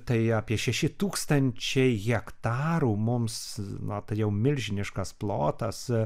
tai apie šeši tūksančiai hektarų mums na tai jau milžiniškas plotas